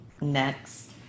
next